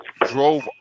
Drove